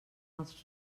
els